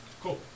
Cool